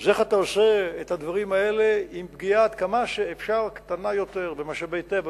זה איך אתה עושה את הדברים האלה עם פגיעה עד כמה שאפשר קטנה במשאבי טבע,